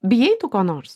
bijai tu ko nors